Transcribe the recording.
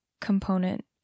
component